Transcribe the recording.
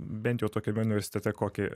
bent jau tokiame universitete kokį